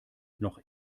noch